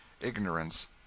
ignorance